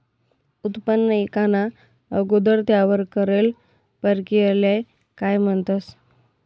उत्पन्न ईकाना अगोदर त्यावर करेल परकिरयाले काय म्हणतंस?